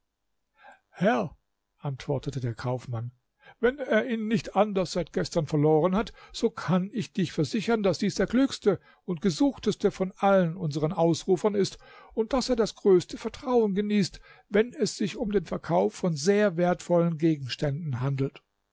herr antwortete der kaufmann wenn er ihn nicht anders seit gestern verloren hat so kann ich dich versichern daß dies der klügste und gesuchteste von allen unsern ausrufern ist und daß er das größte vertrauen genießt wenn es sich um den verkauf von sehr wertvollen gegenständen handelt